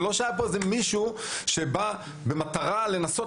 זה לא שהיה פה מישהו שבא במטרה לנסות